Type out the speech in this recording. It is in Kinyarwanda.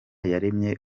yaremye